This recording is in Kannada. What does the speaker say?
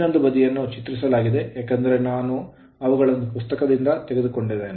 ಇನ್ನೊಂದು ಬದಿಯನ್ನು ಚಿತ್ರಿಸಲಾಗಿದೆ ಏಕೆಂದರೆ ನಾನು ಅವುಗಳನ್ನು ಪುಸ್ತಕದಿಂದ ತೆಗೆದುಕೊಂಡಿದ್ದೇನೆ